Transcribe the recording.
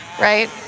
Right